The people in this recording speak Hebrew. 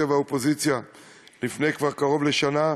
והאופוזיציה כבר לפני קרוב לשנה,